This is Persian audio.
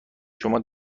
شما